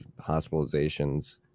hospitalizations